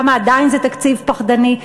למה עדיין זה תקציב פחדני?